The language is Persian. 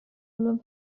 علوم